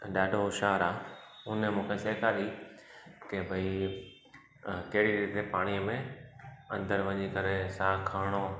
ॾाढो होशियारु आहे हुन मुखे सेखारियइ के भई कहिड़ी रीते पाणीअ में अंदरि वञी करे साहु खणिणो